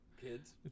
Kids